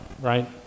right